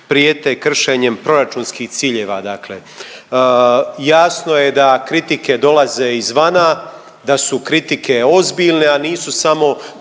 prijete kršenjem proračunskih ciljeva, dakle. Jasno je da kritike dolaze izvana, da su kritike ozbiljne, a nisu samo